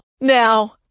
Now